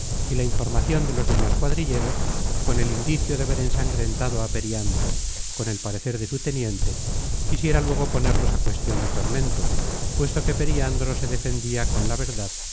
y la informacion de los demas cuadrilleros con el indicio de ver ensangrentado á periandro con el parecer de su teniente quisiera luego ponerlos á cuestion de tormento puesto que periandro se defendia